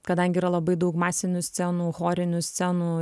kadangi yra labai daug masinių scenų chorinių scenų